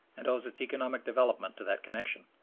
and owes its economic development to that connection.